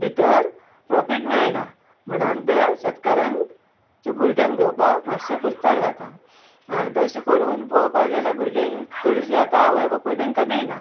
भितर प्रोफीट मेळना म्हणून ते शेतकारांच्या भुरग्यांक घेवपाक मातशें कुस्तार जाता आनी तशें करून पळोवपाक गेल्यार भुरगे चडशीं आतां आवय बापूय तेंकां दिना